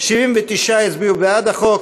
79 הצביעו בעד החוק,